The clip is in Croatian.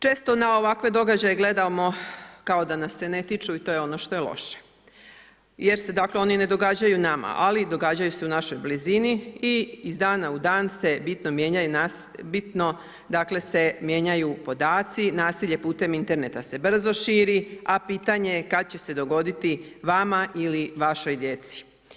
Često na ovakve događaje gledamo kao da nas se ne tiču i to je ono što je loše jer se dakle oni ne događaju nama, ali događaju se u našoj blizini i iz dana u dan se bitno mijenjaju podaci, nasilje putem interneta se brzo širi, a pitanje je kad će se dogoditi vama ili vašoj djeci.